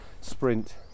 sprint